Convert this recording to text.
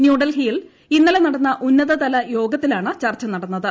ന്യൂഡൽഹിയിൽ ഇന്നലെ നടന്ന ഉന്നതതലയോഗത്തിലാണ് ചർച്ച നടന്നത്